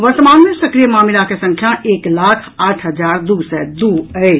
वर्तमान मे सक्रिय मामिलाक संख्या एक लाख आठ हजार दू सय दू अछि